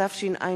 התשע”ב 2012,